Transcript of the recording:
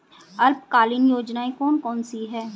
अल्पकालीन योजनाएं कौन कौन सी हैं?